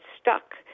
stuck